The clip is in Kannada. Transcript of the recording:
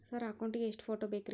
ಸರ್ ಅಕೌಂಟ್ ಗೇ ಎಷ್ಟು ಫೋಟೋ ಬೇಕ್ರಿ?